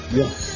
yes